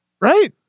right